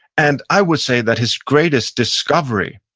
and i would say that his greatest discovery,